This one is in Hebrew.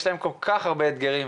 יש להם כל כך הרבה אתגרים,